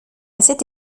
cette